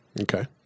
Okay